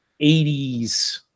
80s